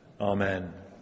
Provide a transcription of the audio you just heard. Amen